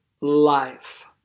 life